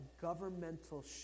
governmental